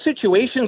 situations